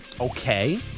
Okay